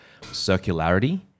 circularity